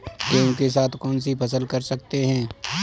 गेहूँ के साथ कौनसी फसल कर सकते हैं?